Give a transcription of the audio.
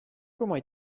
comment